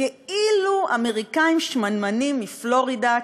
כאילו אמריקאים שמנמנים מפלורידה,